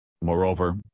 Moreover